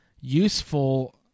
useful